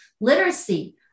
literacy